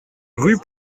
rue